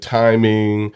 timing